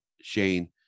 shane